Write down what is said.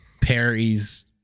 Perry's